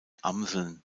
amseln